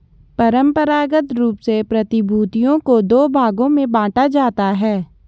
परंपरागत रूप से प्रतिभूतियों को दो भागों में बांटा जाता है